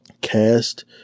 cast